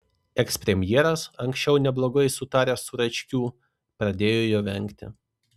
ekspremjeras anksčiau neblogai sutaręs su račkiu pradėjo jo vengti